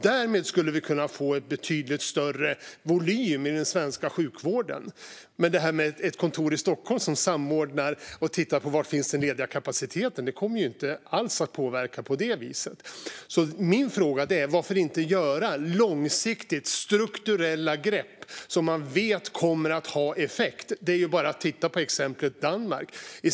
Därmed skulle vi kunna få betydligt större volym i den svenska sjukvården. Detta med ett kontor i Stockholm som tittar på var det finns ledig kapacitet och samordnar den kommer ju inte alls att påverka på det viset. Min fråga är alltså: Varför inte ta långsiktiga, strukturella grepp som man vet kommer att ha effekt? Det är ju bara att titta på exemplet Danmark.